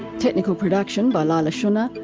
technical production by leila schunner.